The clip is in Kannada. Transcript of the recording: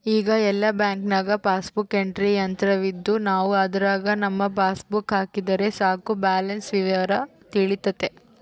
ಈಗ ಎಲ್ಲ ಬ್ಯಾಂಕ್ನಾಗ ಪಾಸ್ಬುಕ್ ಎಂಟ್ರಿ ಯಂತ್ರವಿದ್ದು ನಾವು ಅದರಾಗ ನಮ್ಮ ಪಾಸ್ಬುಕ್ ಹಾಕಿದರೆ ಸಾಕು ಬ್ಯಾಲೆನ್ಸ್ ವಿವರ ತಿಳಿತತೆ